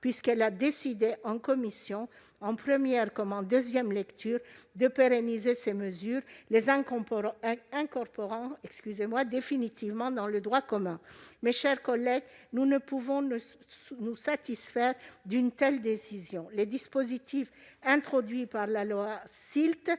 puisqu'elle a décidé, en commission, en première comme en nouvelle lecture, de pérenniser ces mesures en les incorporant définitivement dans le droit commun. Mes chers collègues, nous ne pouvons nous satisfaire d'une telle décision. Les dispositifs introduits par la loi SILT